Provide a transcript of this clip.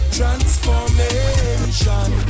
Transformation